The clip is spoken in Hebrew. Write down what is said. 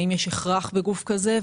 האם יש הכרח בגוף כזה?